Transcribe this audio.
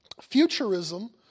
Futurism